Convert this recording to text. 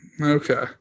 Okay